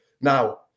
Now